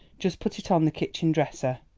just put it on the kitchen dresser.